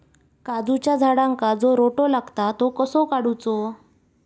काजूच्या झाडांका जो रोटो लागता तो कसो काडुचो?